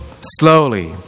slowly